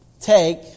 Take